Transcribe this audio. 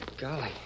Golly